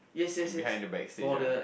and behind the backstage ah